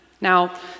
Now